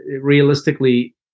Realistically